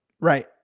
right